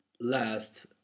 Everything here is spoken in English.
last